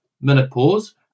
menopause